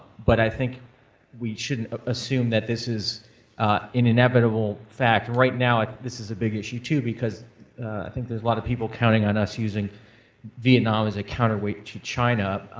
but i think we shouldn't assume that this is an inevitable fact. right now ah this is a big issue, too, because i think there's a lot of people counting on us using vietnam as a counterweight to china.